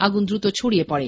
আগুন দ্রুত ছড়িয়ে পড়ে